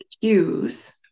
cues